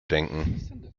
denken